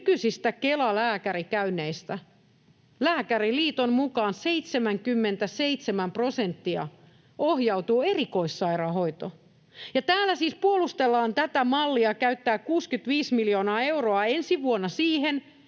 nykyisistä Kela-lääkärikäynneistä Lääkäriliiton mukaan 77 prosenttia ohjautuu erikoissairaanhoitoon. Täällä siis puolustellaan tätä mallia käyttää 65 miljoonaa euroa ensi vuonna siihen,